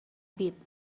bit